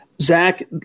Zach